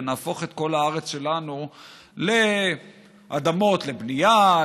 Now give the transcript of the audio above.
ונהפוך את כל הארץ שלנו לאדמות לבנייה,